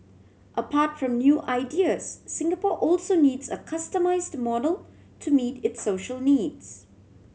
apart from new ideas Singapore also needs a customised model to meet its social needs